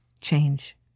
change